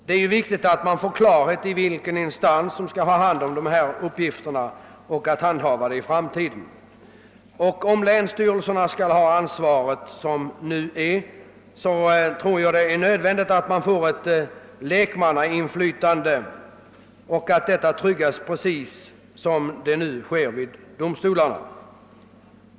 Det är viktigt att man får klart för sig vilken instans som skall handlägga dessa frågor nu och framdeles. Om länsstyrelserna skall bära ansvaret för återkallandet av körkort — som nu är förhållandet — tror jag det är nödvändigt att ett lekmannainflytande tryggas på samma sätt som sker vid domstolarna.